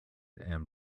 and